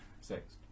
Six